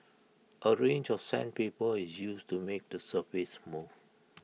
A range of sandpaper is used to make the surface smooth